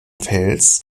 fells